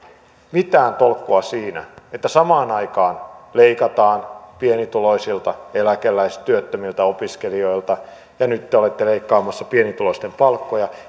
mitään tolkkua siinä että samaan aikaan kun leikataan pienituloisilta eläkeläisiltä työttömiltä opiskelijoilta ja nyt te te olette leikkaamassa pienituloisten palkkoja